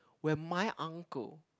where my uncle